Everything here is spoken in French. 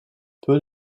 peu